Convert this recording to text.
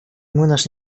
młynarz